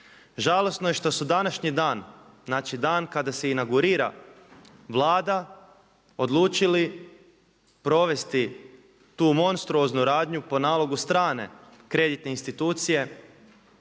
Žalosno je što su današnji dan, znači dan kada se inaugurira Vlada odlučili provesti tu monstruoznu radnju po nalogu stranke kreditne institucije